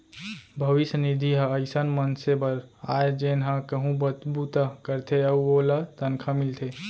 भविस्य निधि ह अइसन मनसे बर आय जेन ह कहूँ बूता करथे अउ ओला तनखा मिलथे